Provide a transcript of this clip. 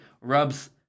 rubs